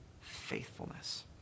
faithfulness